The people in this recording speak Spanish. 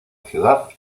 ciudad